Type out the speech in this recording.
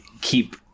keep